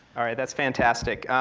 all right, that's fantastic.